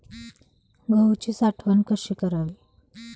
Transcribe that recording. गहूची साठवण कशी करावी?